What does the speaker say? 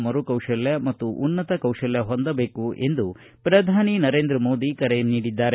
ಮರು ಕೌಶಲ್ಯ ಮತ್ತು ಉನ್ನತ ಕೌಶಲ್ಯ ಹೊಂದಬೇಕು ಎಂದು ಪ್ರಧಾನಿ ನರೇಂದ್ರ ಮೋದಿ ಕರೆ ನೀಡಿದ್ದಾರೆ